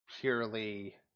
purely